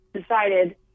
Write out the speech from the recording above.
decided